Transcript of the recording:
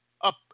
up